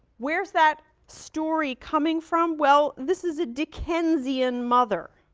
where's that story coming from? well, this is a dickensian mother.